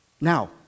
Now